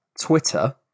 Twitter